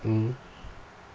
mm